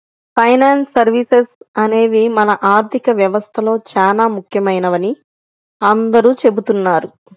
finance services అనేవి మన ఆర్థిక వ్యవస్థలో చానా ముఖ్యమైనవని అందరూ చెబుతున్నారు